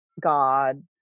god